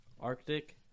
Arctic